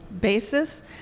basis